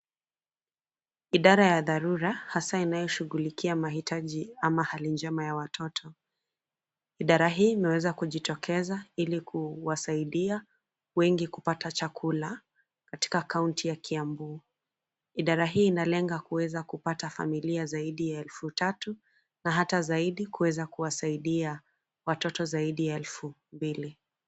Idara ya dharura, hasaa inayoshughulikia mahitaji ama hali njema ya watoto, idari hii imeweza kujitokeza ilikuwasidia, wengi kupata chakula, katika kaunti ya Kiambu , idara hii inalenga kuweza kupata familia zaidi ya elfu tatu, na hata zaidi kuweza kuwasaidia, watoto ziadi ya elfu, mbili.